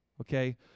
okay